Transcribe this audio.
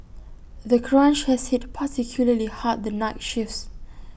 the crunch has hit particularly hard the night shifts